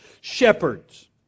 shepherds